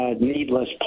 needless